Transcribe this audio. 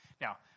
now